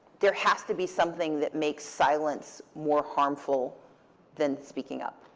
there has to be something that makes silence more harmful than speaking up.